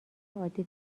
عادی